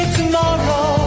tomorrow